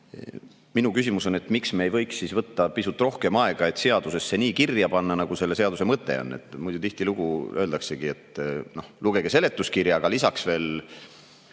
Minu küsimus on, miks me ei võiks võtta pisut rohkem aega, et seadusesse nii kirja panna, nagu selle seaduse mõte on. Muidu öeldaksegi tihtilugu, et lugege seletuskirja, aga lisaks veel